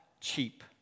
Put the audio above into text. cheap